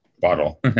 bottle